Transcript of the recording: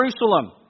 Jerusalem